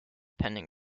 pending